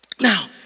Now